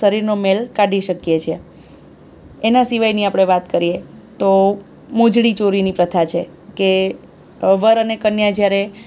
શરીરનો મેલ કાઢી શકીએ છીએ એના સિવાયની આપણે વાત કરીએ તો મોજડી ચોરીની પ્રથા છે કે વર અને કન્યા જ્યારે